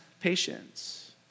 patience